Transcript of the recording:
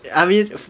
I mean